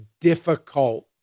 difficult